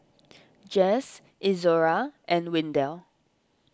Jess Izora and Windell